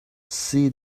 she